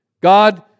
God